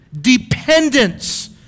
dependence